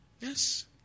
yes